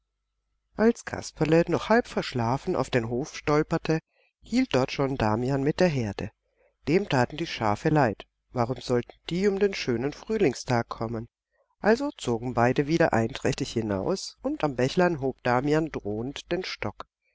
als kasperle noch halb verschlafen auf den hof stolperte hielt dort schon damian mit der herde dem taten die schafe leid warum sollten die um den schönen frühlingstag kommen also zogen beide wieder einträchtig hinaus und am bächlein hob damian drohend den stock